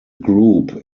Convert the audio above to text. group